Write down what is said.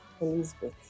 Elizabeth